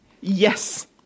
Yes